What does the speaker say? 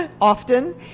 often